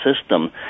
system